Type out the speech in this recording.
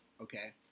okay